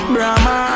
Brahma